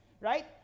right